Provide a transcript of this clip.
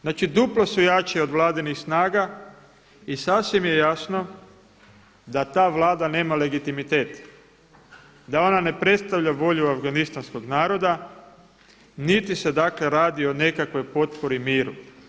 Znači duplo su jači od vladinih snaga i sasvim je jasno da ta Vlada nema legitimitet, da ona ne predstavlja volju afganistanskog naroda niti se dakle radi o nekakvoj potpori miru.